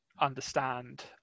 understand